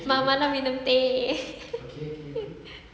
malam malam minum teh